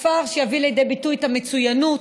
לכפר שיביא לידי ביטוי את המצוינות